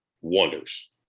wonders